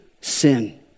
sin